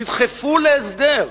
תדחפו להסדר,